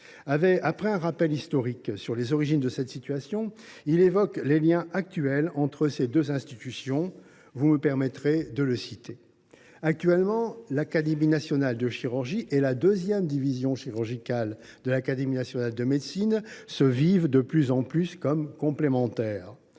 Après un rappel historique sur les origines de cette situation, il évoque en ces termes les liens actuels entre ces deux institutions :« Actuellement, l’Académie nationale de chirurgie et la deuxième division chirurgicale de l’Académie nationale de médecine se vivent de plus en plus comme complémentaires.